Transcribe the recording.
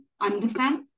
understand